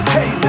Hey